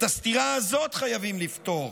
את הסתירה הזאת חייבים לפתור